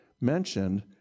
mentioned